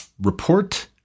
report